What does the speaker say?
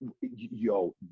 yo